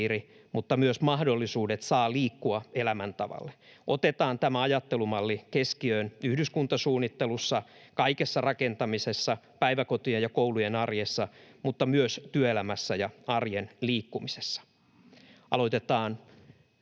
mutta myös mahdollisuudet ”saa liikkua” ‑elämäntavalle. Otetaan tämä ajattelumalli keskiöön yhdyskuntasuunnittelussa, kaikessa rakentamisessa, päiväkotien ja koulujen arjessa mutta myös työelämässä ja arjen liikkumisessa. Aloitetaan